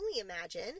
imagine